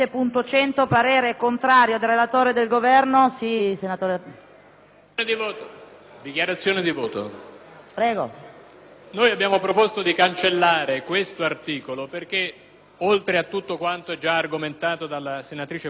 abbiamo proposto di cancellare quest'articolo, perché - oltre a quanto già argomentato dalla senatrice Poretti in fase di illustrazione - riteniamo piuttosto pericoloso esternalizzare funzioni di polizia a privati,